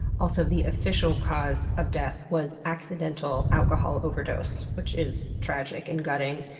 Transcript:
also, the official cause of death was accidental alcohol overdose, which is tragic and gutting,